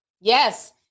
yes